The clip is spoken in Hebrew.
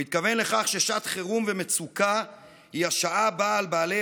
הוא התכוון לכך ששעת חירום ומצוקה היא השעה הבאה על בעלי